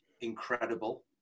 incredible